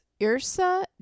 Irsa